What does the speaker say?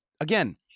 again